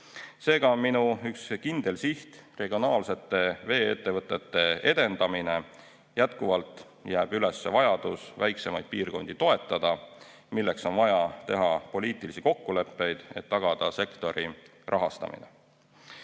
Seega on minu üks kindel siht regionaalsete vee-ettevõtete edendamine. Jätkuvalt jääb üles vajadus toetada väiksemaid piirkondi, milleks on vaja teha poliitilisi kokkuleppeid, et tagada sektori rahastamine.